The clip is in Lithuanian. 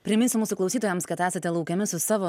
priminsiu mūsų klausytojams kad esate laukiami su savo